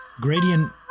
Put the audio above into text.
Gradient